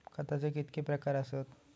खताचे कितके प्रकार असतत?